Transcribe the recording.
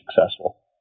successful